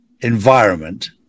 environment